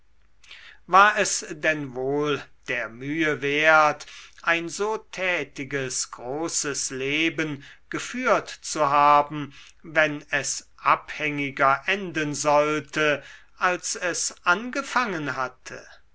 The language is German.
war es denn wohl der mühe wert ein so tätiges großes leben geführt zu haben wenn es abhängiger enden sollte als es angefangen hatte